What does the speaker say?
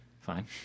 Fine